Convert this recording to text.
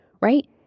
right